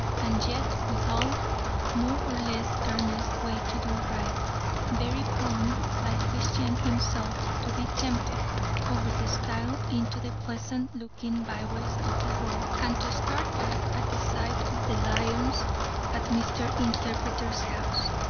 and yet withal more or less earnest way to do right very prone, like christian himself, to be tempted over the stile into the pleasant-looking byways of the road, and to start back at the sight of the lions at mr. interpreter's house,